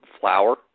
flour